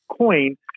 Coin